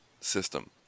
system